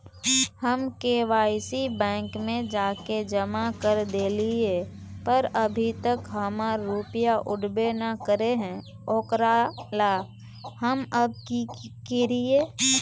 हम KYC bank में जाके जमा कर देलिए पर अभी तक हमर रुपया उठबे न करे है ओकरा ला हम अब की करिए?